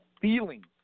feelings